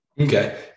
Okay